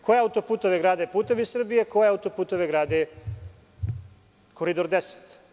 Koje auto-puteve grade „Putevi Srbije“, koje auto-puteve grade „Koridor 10“